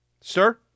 Sir